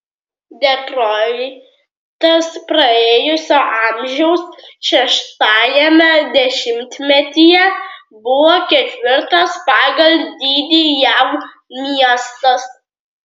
detroitas praėjusio amžiaus šeštajame dešimtmetyje buvo ketvirtas pagal dydį jav miestas